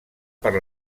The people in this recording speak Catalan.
per